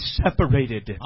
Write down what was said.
separated